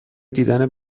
دیدن